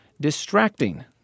distracting